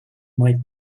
might